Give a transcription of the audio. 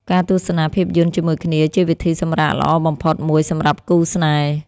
ការទស្សនាភាពយន្តជាមួយគ្នាជាវិធីសម្រាកល្អបំផុតមួយសម្រាប់គូស្នេហ៍។